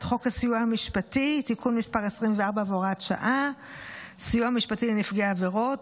חוק הסיוע המשפטי (תיקון מס' 24 והוראת שעה) (סיוע משפטי לנפגעי עבירות),